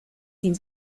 sin